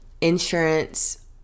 insurance